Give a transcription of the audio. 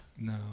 No